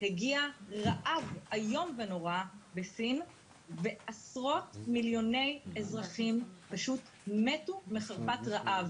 הגיע רעב איום ונורא בסין ועשרות מיליוני אזרחים פשוט מתו מחרפת רעב,